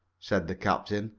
said the captain,